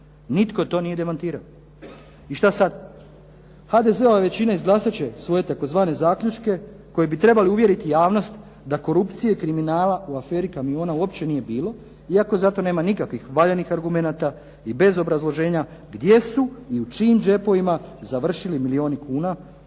Nitko to nije demantirao. I šta sad? HDZ-ova većina izglasat će svoje tzv. zaključke koji bi trebali uvjeriti javnost da korupcije, kriminala u aferi "Kamiona" uopće nije bilo iako za to nema nikakvih valjanih argumenata i bez obrazloženja gdje su i u čijim džepovima završili milijuna kuna,